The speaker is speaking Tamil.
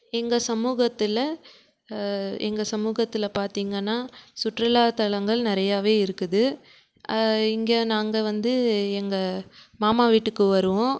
எங்கள் சமூகத்தில் எங்கள் சமூகத்தில் பார்த்திங்கன்னா சுற்றுலாத்தலங்கள் நிறையாவே இருக்குது இங்கே நாங்கள் வந்து எங்கள் மாமா வீட்டுக்கு வருவோம்